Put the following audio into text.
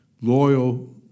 loyal